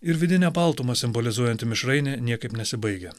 ir vidinę baltumą simbolizuojanti mišrainė niekaip nesibaigia